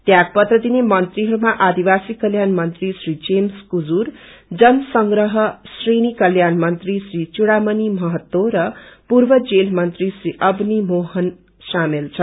त्याग पत्र दिने मंत्रीहरूमा आदिवासी कल्याण मंत्री श्री जेम्स कुजूर जनसंग्रह श्रेणी कल्याण मंत्री श्री चुडामणी महत्तो र पूर्व जेल मंत्री श्री अवनी मोहन शामेल छन्